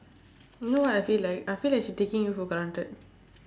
you know what I feel like I feel like she taking you for granted